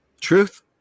truth